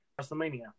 WrestleMania